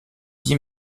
dix